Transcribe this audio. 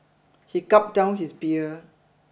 he gulped down his beer